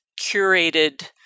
curated